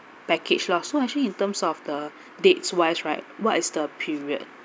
package lah so actually in terms of the dates wise right what is the period